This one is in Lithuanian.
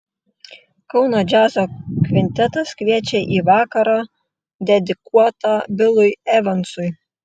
kauno džiazo kvintetas kviečia į vakarą dedikuotą bilui evansui